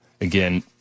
Again